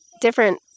different